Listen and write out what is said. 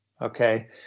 Okay